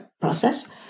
process